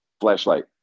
flashlight